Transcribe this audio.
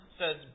says